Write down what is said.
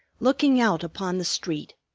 looking out upon the street.